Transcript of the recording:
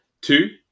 Two